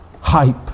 hype